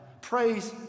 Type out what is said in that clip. Praise